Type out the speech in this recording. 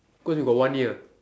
cause we got one year